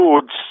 foods